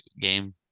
game